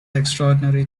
extraordinary